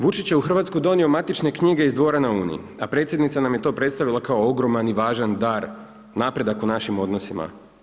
Vučić je u Hrvatsku donio matične knjige iz Dvora na Uni, a predsjednica nam je to predstavila kao ogroman i važan dar, napredak u našim odnosima.